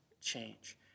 change